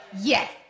Yes